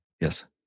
Yes